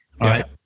right